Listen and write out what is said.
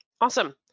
Awesome